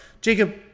Jacob